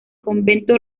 convento